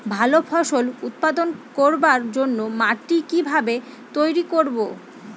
ভালো ফসল উৎপাদন করবার জন্য মাটি কি ভাবে তৈরী করব?